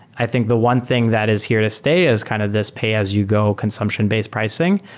i think the one thing that is here to stay is kind of this pay-as-you-go consumption-based pricing,